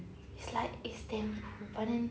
it's like it's damn cool but then